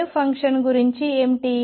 wave function గురించి ఏమిటి